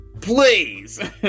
please